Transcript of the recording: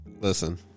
listen